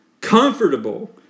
comfortable